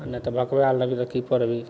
नहि तऽ भकुआयल लगबे की करबही